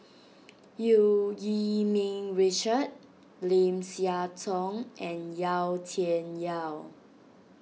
Eu Yee Ming Richard Lim Siah Tong and Yau Tian Yau